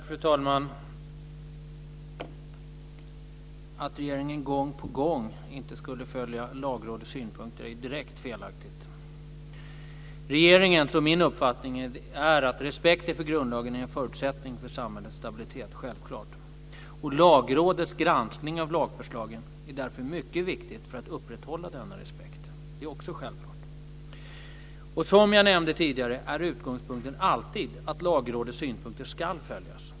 Fru talman! Att regeringen gång på gång inte skulle följa Lagrådets synpunkter är direkt felaktigt. Regeringens och min uppfattning är att respekten för grundlagen är en förutsättning för samhällets stabilitet. Det är självklart. Lagrådets granskning av lagförslagen är därför mycket viktig för att upprätthålla denna respekt. Det är också självklart. Som jag nämnde tidigare är utgångspunkten alltid att Lagrådets synpunkter ska följas.